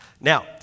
Now